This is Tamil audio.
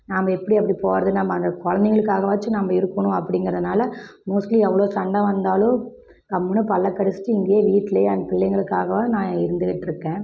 நாம் எப்படி அப்படி போகிறது நம்ம அங்கே கொழந்தைங்களுக்காகவாச்சும் நம்ப இருக்கணும் அப்படிங்கிறதுனால மோஸ்ட்லீ அவ்வளோ சண்டை வந்தாலும் கம்முன்னு பல்லை கடிச்சுட்டு இங்கேயே வீட்லையே என் பிள்ளைங்களுக்காக நான் இருந்துக்கிட்டிருக்கேன்